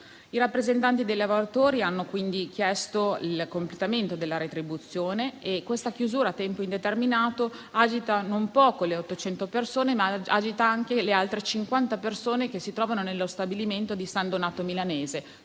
I rappresentanti dei lavoratori hanno quindi chiesto il completamento della retribuzione e la chiusura a tempo indeterminato agita non poco le 800 persone interessate, ma anche le altre 50 che si trovano nello stabilimento di San Donato Milanese,